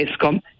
ESCOM